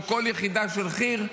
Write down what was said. או כל יחידה של חי"ר,